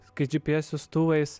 kaip dži pi es siųstuvais